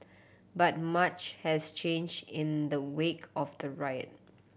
but much has change in the wake of the riot